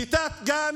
כיתת גן,